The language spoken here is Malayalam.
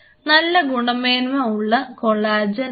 നല്ല ഗുണമേന്മ ഉള്ള കൊളാജൻ ആണ്